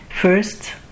First